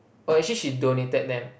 or is it she donated them